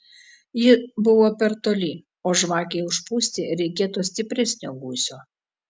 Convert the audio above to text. ji buvo per toli o žvakei užpūsti reikėtų stipresnio gūsio